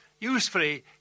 usefully